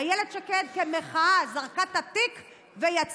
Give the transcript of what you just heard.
אילת שקד, כמחאה, זרקה את התיק ויצאה.